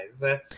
guys